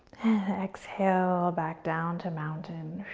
exhale back down to mountain.